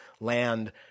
land